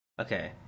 Okay